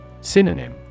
Synonym